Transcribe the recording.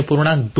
1 0